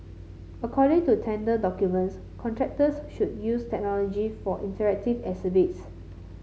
according to tender documents contractors should use technology for interactive exhibits